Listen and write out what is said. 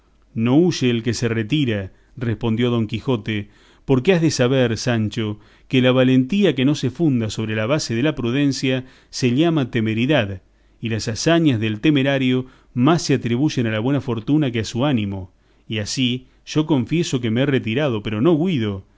no huye el que se retira respondió don quijote porque has de saber sancho que la valentía que no se funda sobre la basa de la prudencia se llama temeridad y las hazañas del temerario más se atribuyen a la buena fortuna que a su ánimo y así yo confieso que me he retirado pero no huido